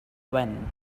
when